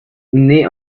naît